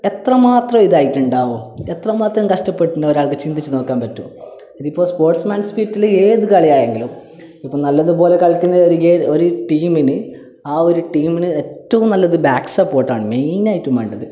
എത്രമാത്രം ഇതായിട്ടുണ്ടാവും എത്രമാത്രം കഷ്ടപ്പെട്ടിട്ടുണ്ടാവും ഒരാൾക്ക് ചിന്തിച്ച് നോക്കാൻ പറ്റുമോ ഇതിപ്പോൾ സ്പോർട്സ്മാൻ സ്പിരിറ്റിൽ ഏത് കളി ആയെങ്കിലും ഇപ്പോൾ നല്ലതുപോലെ കളിക്കുന്ന ഒരു ഒരു ടീമിന് ആ ഒരു ടീമിന് ഏറ്റവും നല്ലത് ബാക്ക് സപ്പോർട്ടാണ് മെയ്നായിട്ടും വേണ്ടത്